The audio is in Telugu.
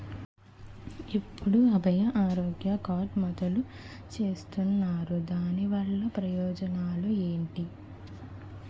ఎప్పుడు అభయ ఆరోగ్య కార్డ్ మొదలు చేస్తున్నారు? దాని వల్ల ప్రయోజనాలు ఎంటి?